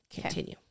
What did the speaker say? Continue